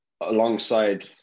alongside